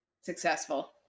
successful